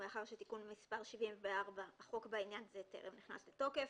ומאחר שתיקון מס' 74 לחוק בעניין זה טרם נכנס לתוקף,